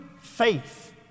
faith